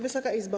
Wysoka Izbo!